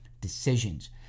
decisions